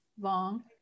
Long